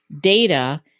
data